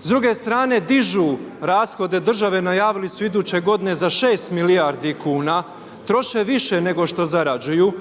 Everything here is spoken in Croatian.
S druge strane dižu rashode države, najavili su iduće g. za 6 milijardi kn, troše više nego što zarađuju,